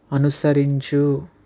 అనుసరించు